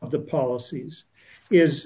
of the policies is